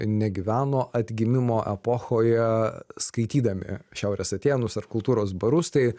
negyveno atgimimo epochoje skaitydami šiaurės atėnus ar kultūros barus tai